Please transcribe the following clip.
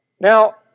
Now